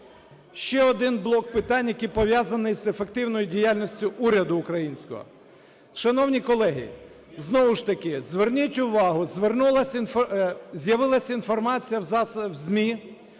Ще один блок питань, які пов’язані з ефективною діяльністю уряду українського. Шановні колеги, знову ж таки, зверніть увагу, з'явилась інформація в ЗМІ